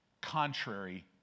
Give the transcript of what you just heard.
contrary